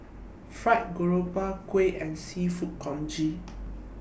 Fried Garoupa Kuih and Seafood Congee